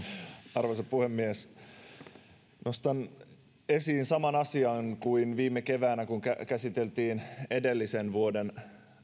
arvoisa puhemies nostan esiin saman asian kuin viime keväänä kun käsiteltiin edellisen vuoden